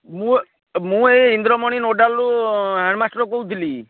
ମୁଁ ମୁଁ ଏଇ ଇନ୍ଦ୍ରମଣି ନୋଡ଼ାଲରୁ ହେଡ଼ମାଷ୍ଟର କହୁଥିଲି